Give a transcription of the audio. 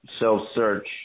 self-search